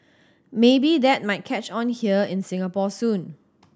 maybe that might catch on here in Singapore soon